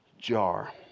jar